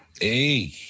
hey